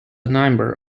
number